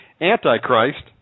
antichrist